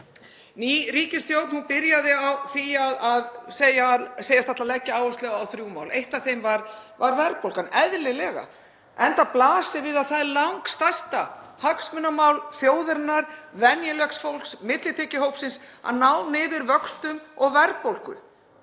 Ný ríkisstjórn byrjaði á því að segjast ætla að leggja áherslu á þrjú mál. Eitt af þeim var verðbólgan, eðlilega, enda blasir við að það er langstærsta hagsmunamál þjóðarinnar, venjulegs fólks, millitekjuhópsins, að ná niður vöxtum og verðbólgu,